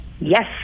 Yes